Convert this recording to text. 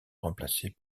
remplacés